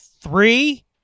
Three